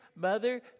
mother